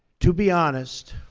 to be honest,